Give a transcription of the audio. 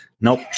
Nope